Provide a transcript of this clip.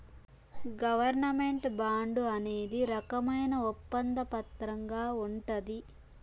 government bond అనేది రకమైన ఒప్పంద పత్రంగా ఉంటది